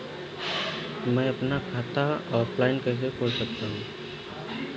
मैं अपना खाता ऑफलाइन कैसे खोल सकता हूँ?